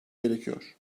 gerekiyor